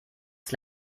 ist